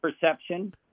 perception